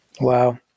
Wow